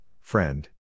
friend